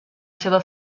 seva